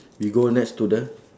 we go next to the